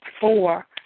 four